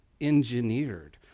engineered